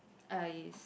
uh is